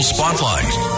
Spotlight